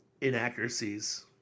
inaccuracies